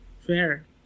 Fair